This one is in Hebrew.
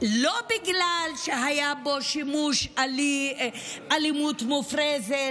לא בגלל שהיה בו שימוש באלימות מופרזת,